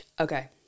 Okay